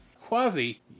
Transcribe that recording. Quasi